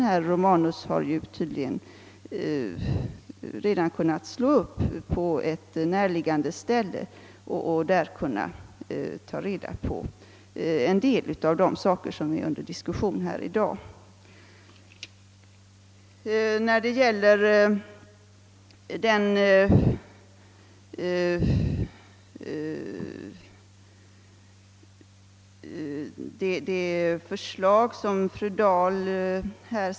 Herr Romanus har tydligen redan på ett närliggande ställe kunnat slå upp den för att ta reda på en del av de saker som är under diskussion här i dag.